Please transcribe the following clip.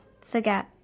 forget